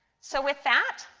so with that,